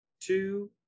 two